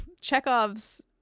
Chekhov's